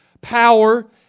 power